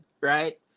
right